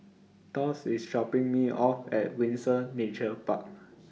Thos IS dropping Me off At Windsor Nature Park